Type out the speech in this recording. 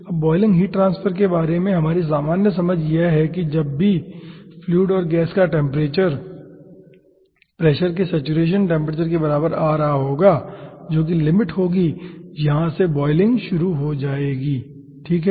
अब boiling heat transfer के बारे में हमारी सामान्य समझ यह है कि जब भी फ्लूइड और गैस का टेम्परेचर प्रेशर के सेचुरेशन टेम्परेचर के बराबर आ रहा होगा जो कि लिमिट होगी यहाँ से बॉयलिंग शुरू हो जाएगी ठीक है